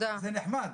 זה נחמד.